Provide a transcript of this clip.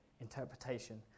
interpretation